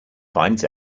finds